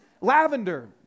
lavender